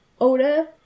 Oda